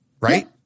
right